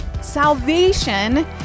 Salvation